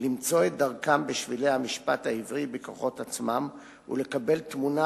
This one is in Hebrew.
למצוא את דרכם בשבילי המשפט העברי בכוחות עצמם ולקבל תמונה